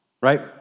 Right